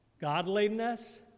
godliness